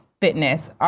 Fitness